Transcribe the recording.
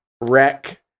wreck